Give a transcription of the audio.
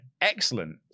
excellent